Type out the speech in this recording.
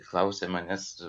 klausia manęs